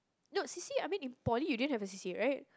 no C_C_A I mean in poly you didn't have a C_C_A right